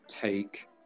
take